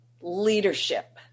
leadership